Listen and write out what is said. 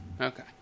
Okay